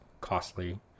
costly